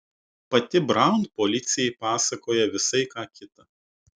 pati braun policijai pasakoja visai ką kitą